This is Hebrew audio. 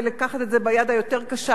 ולקחת את זה ביד היותר-קשה,